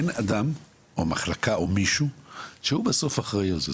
אין אדם או מחלקה או מישהו שהוא בסוף אחראי על זה.